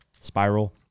Spiral